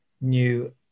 New